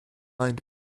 signed